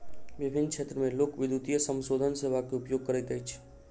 विभिन्न क्षेत्र में लोक, विद्युतीय समाशोधन सेवा के उपयोग करैत अछि